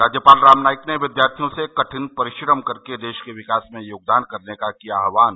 राज्यपाल राम नाईक ने विद्यार्थियों से कठिन परिश्रम करके देश के विकास में योगदान करने का किया आह्वान